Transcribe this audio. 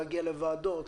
להגיע לוועדות,